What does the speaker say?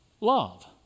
love